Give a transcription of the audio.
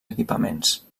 equipaments